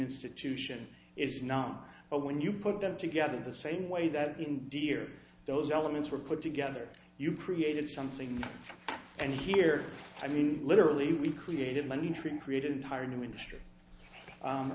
institution is not when you put them together the same way that we did hear those elements were put together you created something and here i mean literally we created money tree created entire new industry